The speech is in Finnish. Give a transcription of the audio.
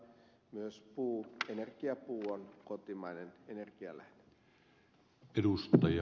myös energiapuu on kotimainen energianlähde